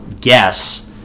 guess